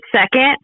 second